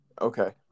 Okay